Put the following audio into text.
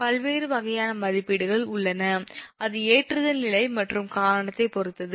பல்வேறு வகையான மதிப்பீடுகள் உள்ளன அது ஏற்றுதல் நிலை மற்றும் காரணத்தைப் பொறுத்தது